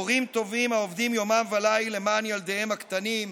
הורים טובים העובדים יומם וליל למען ילדיהם הקטנים,